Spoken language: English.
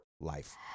life